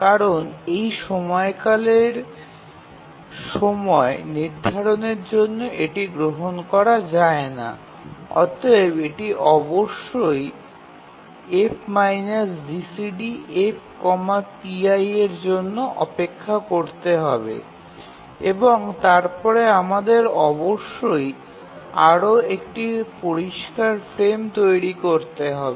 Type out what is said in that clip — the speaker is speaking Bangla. কারণ এই সময়কালে সময় নির্ধারণের জন্য এটি গ্রহণ করা যায় না এবং অতএব এটি অবশ্যই for F GCDF pi এর জন্য অপেক্ষা করতে হবে এবং তারপরে আমাদের অবশ্যই আরও একটি পরিষ্কার ফ্রেম তৈরি করতে হবে